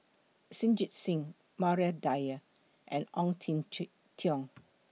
Jita Singh Maria Dyer and Ong Jin Teong